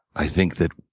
i think that